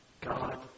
God